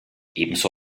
ebenso